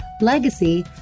legacy